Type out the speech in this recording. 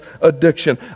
addiction